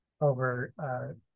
Over